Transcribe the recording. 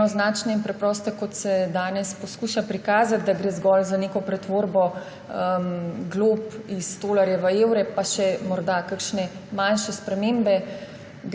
enoznačne in preproste, kot se danes poskuša prikazati, da gre zgolj za neko pretvorbo glob iz tolarjev v evre pa še morda kakšne manjše spremembe,